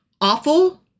awful